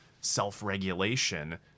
self-regulation